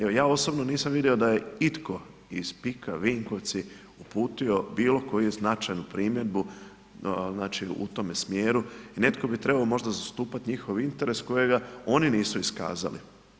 Evo, ja osobno nisam vidio da je itko iz Pika Vinkovci uputio bilo koju značajnu primjedbu znači u tome smjeru i netko bi trebao možda zastupati njihove interese kojega oni nisu iskazali.